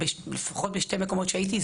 לפחות בשני מקומות שהייתי,